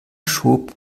schob